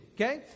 okay